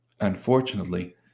Unfortunately